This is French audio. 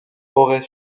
aurait